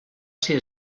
ser